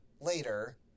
later